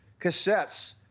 cassettes